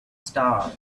star